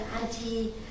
anti